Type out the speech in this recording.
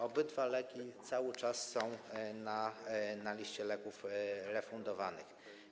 Obydwa leki cały czas są na liście leków refundowanych.